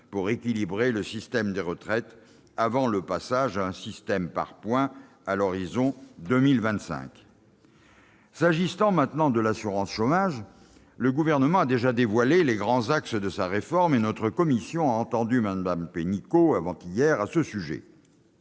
pour équilibrer le système des retraites avant le passage à un système par points à l'horizon de 2025. S'agissant maintenant de l'assurance chômage, le Gouvernement a déjà dévoilé les grands axes de sa réforme, et notre commission a entendu Mme Pénicaud avant-hier à ce sujet.